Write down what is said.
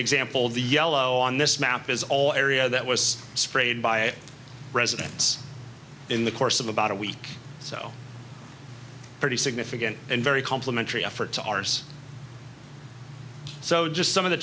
example the yellow on this map is all area that was sprayed by a residence in the course of about a week so pretty significant and very complementary effort to ours so just some of the